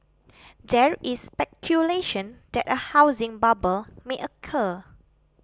there is speculation that a housing bubble may occur